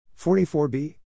44b